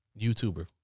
YouTuber